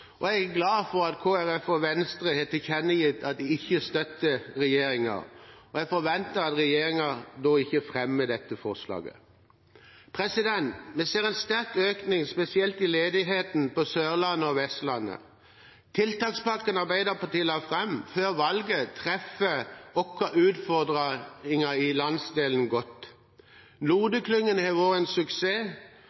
Jeg er glad for at Kristelig Folkeparti og Venstre har tilkjennegitt at de ikke støtter regjeringen, og jeg forventer at regjeringen da ikke fremmer dette forslaget. Vi ser en sterk økning i ledigheten, spesielt på Sørlandet og Vestlandet. Tiltakspakken Arbeiderpartiet la fram før valget, treffer våre utfordringer i landsdelen godt. Node-klyngen har vært en suksess.